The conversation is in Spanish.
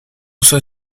uso